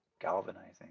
galvanizing